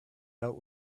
out